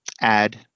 add